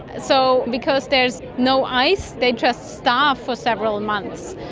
so because there's no ice they just starve for several months.